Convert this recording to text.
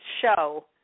show